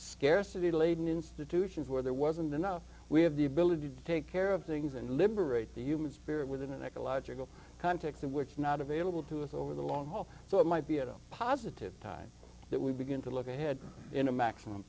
scarcity laden institutions where there wasn't enough we have the ability to take care of things and liberate the human spirit within an ecological context in which not available to us over the long haul so it might be a positive time that we begin to look ahead in a maximum